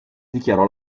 dichiarò